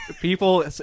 people